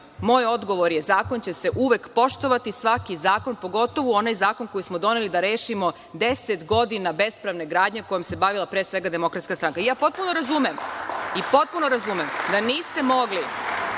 Moj odgovor je – zakon će se uvek poštovati, svaki zakon, pogotovo onaj zakon koji smo doneli da rešimo deset godina bespravne gradnje kojom se bavila pre svega DS.Ja potpuno razumem da niste mogli